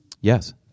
Yes